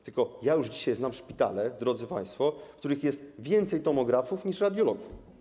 Tylko ja już dzisiaj znam szpitale, drodzy państwo, w których jest więcej tomografów niż radiologów.